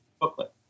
booklet